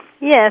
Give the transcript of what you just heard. Yes